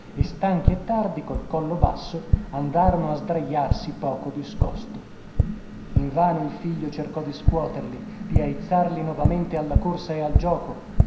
e stanchi e tardi col collo basso andarono a sdrajarsi poco discosto invano il figlio cercò di scuoterli di aizzarli novamente alla corsa e al gioco